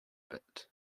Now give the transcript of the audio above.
bit